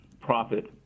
profit